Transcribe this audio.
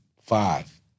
five